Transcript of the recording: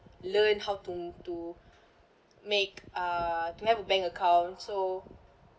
learn how to to make uh to have a bank account so